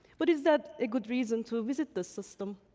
but is that a good reason to visit this system?